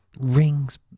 rings